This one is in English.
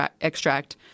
extract